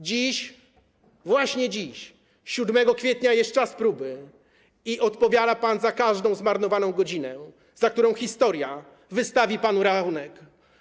Dziś, właśnie dziś, 6 kwietnia, jest czas próby i odpowiada pan za każdą zmarnowaną godzinę, za którą historia wystawi panu rachunek.